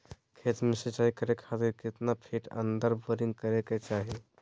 खेत में सिंचाई करे खातिर कितना फिट अंदर बोरिंग करे के चाही?